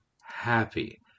happy